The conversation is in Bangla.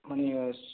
আমি আর